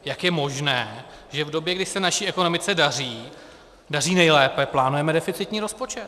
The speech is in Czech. Jak je možné, že v době, kdy se naší ekonomice daří nejlépe, plánujeme deficitní rozpočet?